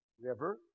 River